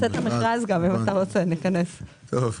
טוב.